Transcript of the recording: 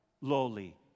lowly